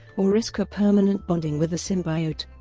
or risk a permanent bonding with the symbiote.